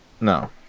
No